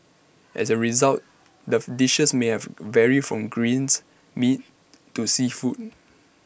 as A result the dishes may have vary from greens meat to seafood